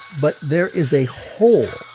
but there is a hole